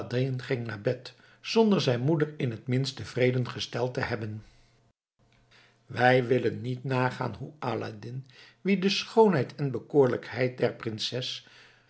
ging naar bed zonder zijn moeder in t minst tevreden gesteld te hebben wij willen niet nagaan hoe aladdin wien de schoonheid en bekoorlijkheid der prinses